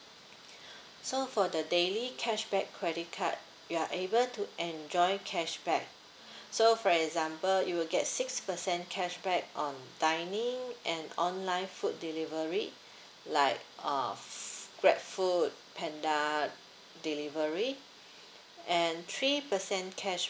so for the daily cashback credit card you are able to enjoy cashback so for example you will get six percent cashback um dining and online food delivery like uh f~ grab Foodpanda delivery and three percent cash